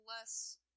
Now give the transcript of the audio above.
less